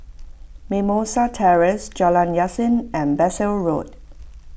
Mimosa Terrace Jalan Yasin and Bassein Road